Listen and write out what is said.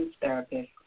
therapist